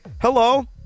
hello